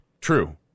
True